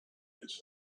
his